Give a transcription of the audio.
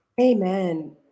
Amen